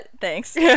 Thanks